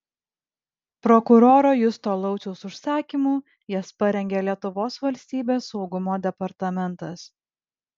prokuroro justo lauciaus užsakymu jas parengė lietuvos valstybės saugumo departamentas